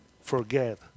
forget